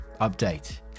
Update